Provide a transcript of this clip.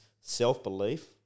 self-belief